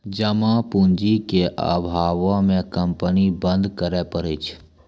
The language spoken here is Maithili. जमा पूंजी के अभावो मे कंपनी बंद करै पड़ै छै